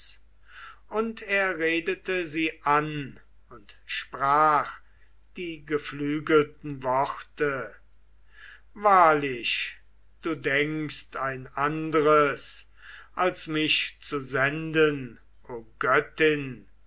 und er redte sie an und sprach die geflügelten worte wahrlich du denkst ein andres als mich zu senden o göttin